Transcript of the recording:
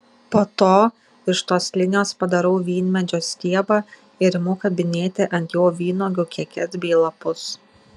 po to iš tos linijos padarau vynmedžio stiebą ir imu kabinėti ant jo vynuogių kekes bei lapus